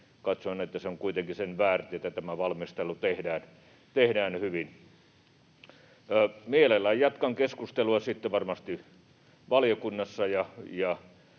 katsoin, että se on kuitenkin sen väärti, että tämä valmistelu tehdään hyvin. Mielelläni jatkan keskustelua varmasti valiokunnassa